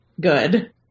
good